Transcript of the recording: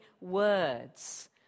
words